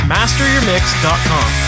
MasterYourMix.com